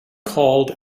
called